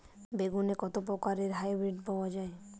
বেগুনের কত প্রকারের হাইব্রীড পাওয়া যায়?